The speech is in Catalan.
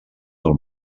del